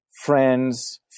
friends